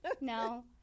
No